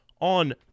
on